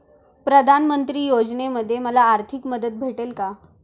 प्रधानमंत्री योजनेमध्ये मला आर्थिक मदत भेटेल का?